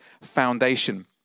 foundation